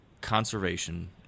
conservation